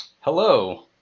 Hello